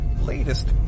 latest